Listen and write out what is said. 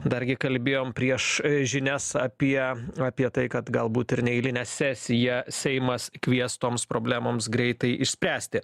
dargi kalbėjom prieš žinias apie apie tai kad galbūt ir neeilinę sesiją seimas kvies toms problemoms greitai išspręsti